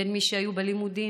בין מי שהיו בלימודים,